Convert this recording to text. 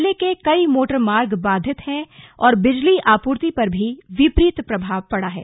जिले के कई मोटर मार्ग बाधित हैं और बिजली आपूर्ति पर भी प्रतिकूल प्रभाव पड़ा है